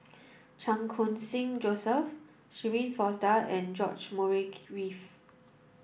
Chan Khun Sing Joseph Shirin Fozdar and George Murray Reith